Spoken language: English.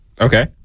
Okay